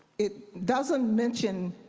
it doesn't mention